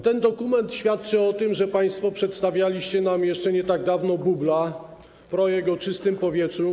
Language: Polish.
Ten dokument świadczy o tym, że... Państwo przedstawialiście nam jeszcze nie tak dawno bubel, projekt programu „Czyste powietrze”